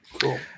Cool